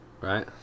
right